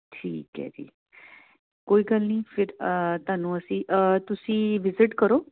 ਠੀਕ ਹੈ ਜੀ ਕੋਈ ਗੱਲ ਨਹੀਂ ਫਿਰ ਤੁਹਾਨੂੰ ਅਸੀਂ ਤੁਸੀਂ ਵਿਜਿਟ ਕਰੋ